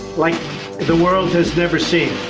like the world has never seen.